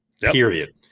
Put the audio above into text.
Period